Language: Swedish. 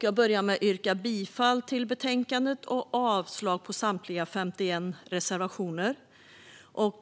Jag yrkar bifall till förslaget i betänkandet och avslag på samtliga 51 reservationer.